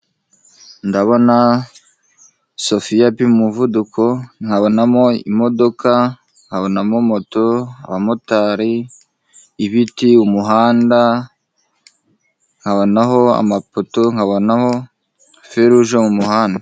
Ndabona sofiya apima umuvuduko, nkabonamo imodoka, nkabonamo moto, abamotari, ibiti, umuhanda, nkabonaho amapoto, nkabonaho feruje mu muhanda.